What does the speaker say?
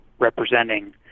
representing